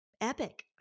epic